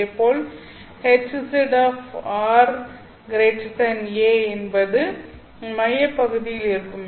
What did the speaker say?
இதேபோல் Hzra என்பது மையப்பகுதியில் இருக்கும்